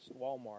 Walmart